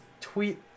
tweet